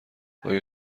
آیا